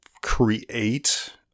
create